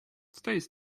stays